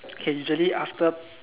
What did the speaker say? okay usually after